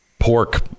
pork